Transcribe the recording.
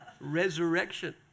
Resurrection